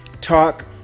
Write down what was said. talk